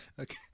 Okay